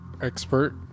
Expert